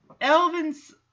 Elvin's